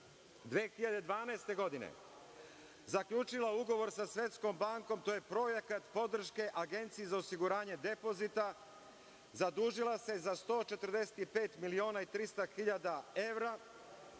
2012. godine zaključila ugovor sa Svetskom bankom, a to je projekat podrške Agenciji za osiguranje depozita, zadužila se za 145.300 miliona evra,